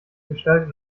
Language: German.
gestalt